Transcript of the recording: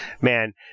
man